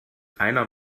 einer